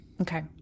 Okay